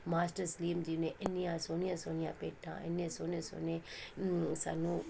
master Salim ji ਨੇ ਇੰਨੀਆਂ ਸੋਹਣੀਆਂ ਸੋਹਣੀਆਂ ਭੇਟਾਂ ਇੰਨੇ ਸੋਹਣੇ ਸੋਹਣੇ ਸਾਨੂੰ